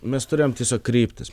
mes turėjom tiesiog kryptis